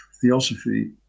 theosophy